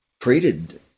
treated